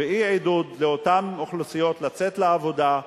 ואי-עידוד אותן אוכלוסיות לצאת לעבודה,